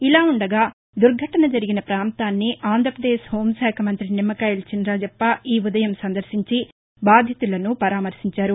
ఇలా ఉండగా దుర్ఘటన జరిగిన పాంతాన్ని ఆంధ్రాపదేశ్ హోమంతి నిమ్మకాయల చినరాజప్ప ఈ ఉదయం సందర్భించి బాధితులను పరామర్శించారు